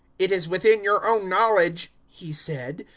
it is within your own knowledge, he said,